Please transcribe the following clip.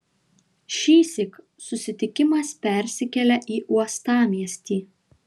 šįsyk susitikimas persikelia į uostamiestį